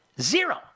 zero